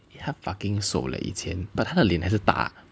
eh 他 fucking 瘦 leh